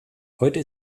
heute